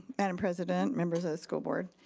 madam president, members of the school board.